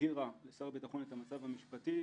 שהבהירה לשר הביטחון את המצב המשפטי,